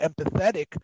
empathetic